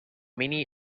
many